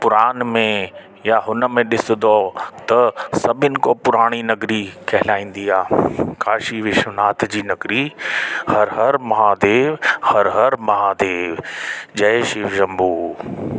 पुरान में या हुनमें ॾिसंदो त सभिनि कों पुराणी नगरी कहिलाईंदी आहे काशी विश्वनाथ जी नगरी हर हर महादेव हर हर महादेव जय शिव शंभू